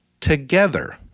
together